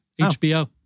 HBO